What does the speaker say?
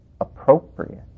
appropriate